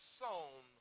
sown